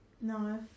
No